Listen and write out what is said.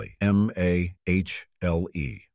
M-A-H-L-E